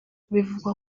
bivugwa